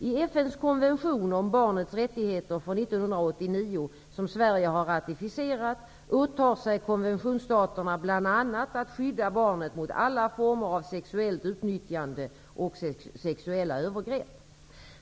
I FN:s konvention om barnets rättigheter från 1989, som Sverige har ratificerat, åtar sig konventionsstaterna bl.a. att skydda barnet mot alla former av sexuellt utnyttjande och sexuella övergrepp.